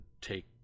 take